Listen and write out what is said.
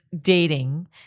dating